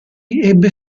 ebbe